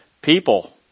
People